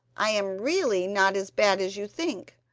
i am really not as bad as you think.